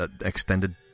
extended